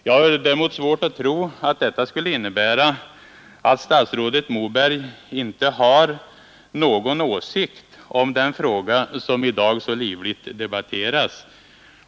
Jag har svårt att tro att detta skulle innebära att statsrådet Moberg inte har någon åsikt om den fråga som i dag så livligt debatteras.